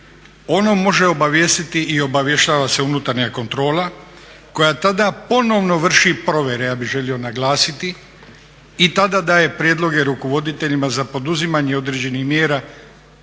ono može obavijestiti i obavještava se unutarnja kontrola koja tada ponovno vrši provjere, ja bi želio naglasiti i tada daje prijedloge rukovoditeljima za poduzimanje određenih mjera